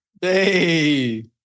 Hey